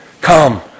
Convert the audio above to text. Come